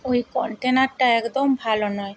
ওই কন্টেনারটা একদম ভালো নয়